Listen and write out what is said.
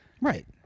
Right